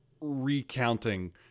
recounting